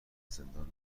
زندان